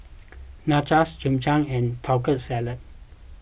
Nachos Japchae and Taco Salad